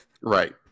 Right